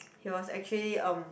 because actually um